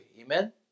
Amen